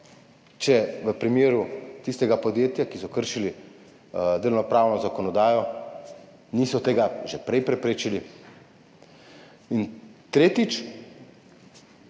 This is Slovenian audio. če v primeru tistega podjetja, ki je kršilo delovnopravno zakonodajo, niso tega že prej preprečili? In tretjič,